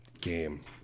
game